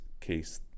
case